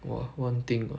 !wah! one thing ah